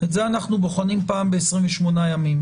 את זה אנחנו בוחנים פעם ב-28 ימים,